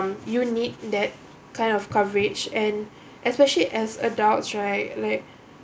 you need that kind of coverage and especially as adults right like